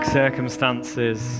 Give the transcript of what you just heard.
circumstances